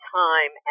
time